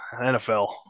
NFL